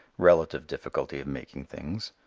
relative difficulty of making things,